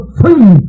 free